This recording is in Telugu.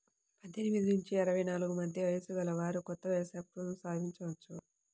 పద్దెనిమిది నుంచి అరవై నాలుగు మధ్య వయస్సు గలవారు కొత్త వ్యవస్థాపకతను స్థాపించవచ్చు